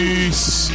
Peace